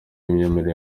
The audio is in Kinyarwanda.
imyemerere